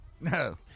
No